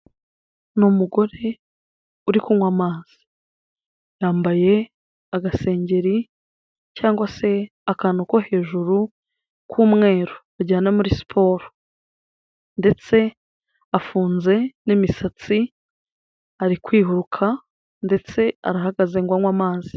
N'umugore uri kunywa amazi yambaye agasengeri cyangwa se akantu ko hejuru k'umweru bajyana muri siporo, ndetse afunze n'misatsi ari kwiruka ndetse arahagaze n anywa amazi.